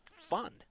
fun